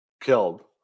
killed